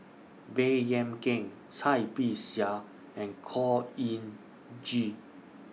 Baey Yam Keng Cai Bixia and Khor Ean Ghee